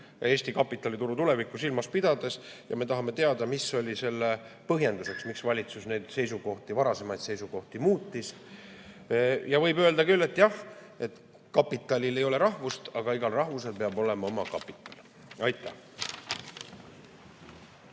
Eesti kapitalituru tulevikku silmas pidades mõistlik ja me tahame teada, mis oli selle põhjendus. Miks valitsus neid varasemaid seisukohti muutis? Võib öelda küll, et jah, kapitalil ei ole rahvust, aga igal rahvusel peab olema oma kapital. Aitäh!